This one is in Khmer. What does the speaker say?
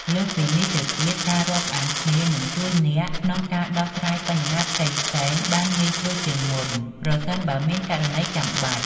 លើសពីនេះទៅទៀត ការរាប់អានគ្នានឹងជួយអ្នកក្នុងការដោះស្រាយបញ្ហាផ្សេងៗបានងាយស្រួលជាងមុន ប្រសិនបើមានករណីចាំបាច់។